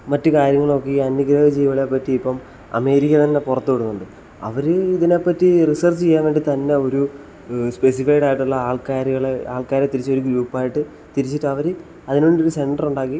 മറ്റ് കാര്യങ്ങളൊക്കെ ഈ അന്യഗ്രഹ ജീവികളെ പറ്റിയിപ്പം അമേരിക്ക തന്നെ പുറത്ത് വിടുന്നുണ്ട് അവർ ഇതിനെപ്പറ്റി റിസർച്ച് ചെയ്യാൻ വേണ്ടി തന്നെ ഒരു സ്പെസിഫൈഡ് ആയിട്ടുള്ള ആൾക്കാരുകളെ ആൾക്കാരെ തിരിച്ച് ഒരു ഗ്രൂപ്പായിട്ട് തിരിച്ചിട്ടവർ അതിനുള്ളിൽ ഒരു സെൻറ്ററുണ്ടാക്കി